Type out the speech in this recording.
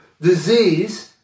disease